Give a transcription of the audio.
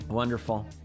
Wonderful